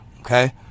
Okay